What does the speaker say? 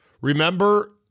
Remember